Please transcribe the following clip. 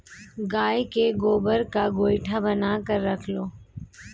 गाय के गोबर का गोएठा बनाकर रख लो